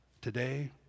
today